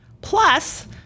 plus